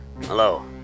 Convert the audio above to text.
Hello